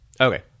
Okay